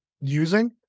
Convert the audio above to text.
using